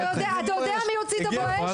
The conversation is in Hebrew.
אתה יודע מי הוציא את הבואש?